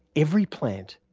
every plant,